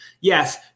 yes